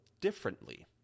differently